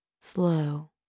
slow